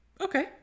Okay